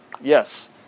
Yes